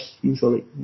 usually